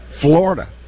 Florida